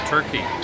Turkey